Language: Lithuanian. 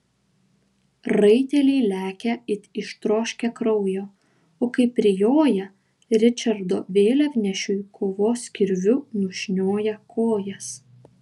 raiteliai lekia it ištroškę kraujo o kai prijoja ričardo vėliavnešiui kovos kirviu nušnioja kojas